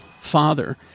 father